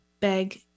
beg